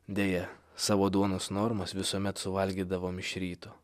deja savo duonos normos visuomet suvalgydavom iš ryto